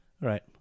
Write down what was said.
right